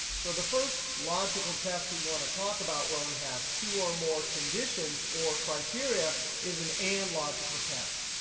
so the first logical test we want to talk about, where we have two or more conditions or criteria is an and logical test.